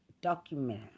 Document